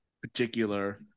particular